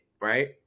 right